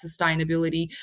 sustainability